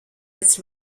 its